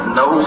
no